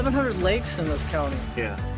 hundred lakes in this county. yeah.